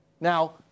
Now